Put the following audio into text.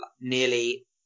nearly